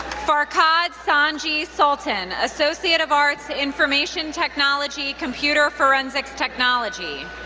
farkad sangi sultan, associate of arts, information technology, computer forensics technology.